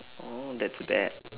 oh that's bad